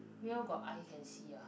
whale got eye can see ah